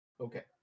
Okay